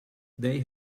they